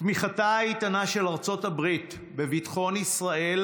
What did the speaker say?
תמיכתה האיתנה של ארצות הברית בביטחון ישראל